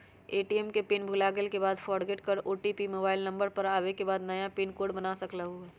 ATM के pin भुलागेल के बाद फोरगेट कर ओ.टी.पी मोबाइल नंबर पर आवे के बाद नया पिन कोड बना सकलहु ह?